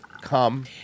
Come